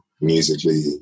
musically